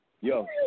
Yo